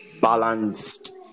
balanced